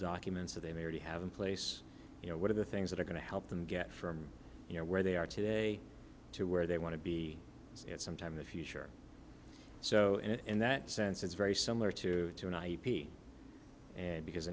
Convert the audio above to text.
documents that they may already have in place you know what are the things that are going to help them get from you know where they are today to where they want to be at some time in the future so in that sense it's very similar to an ip and because